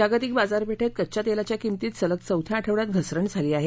जागतिक बाजारपेठेत कच्च्या तेलाच्या किमतीत सलग चौथ्या आठवड्यात घसरण झाली आहे